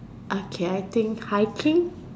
okay I think hiking